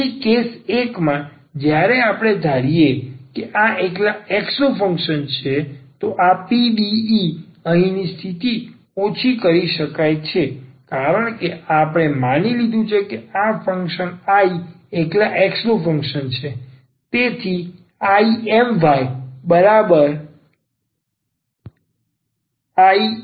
તેથી કેસ 1 માં જ્યારે આપણે ધારીએ કે આ એકલા x નું ફંક્શન છે તો આ PDE અહીંની સ્થિતિ ઓછી કરી શકાય છે કારણ કે આપણે માની લીધું છે કે અહીં આ ફંક્શન I એકલા x નું ફંક્શન છું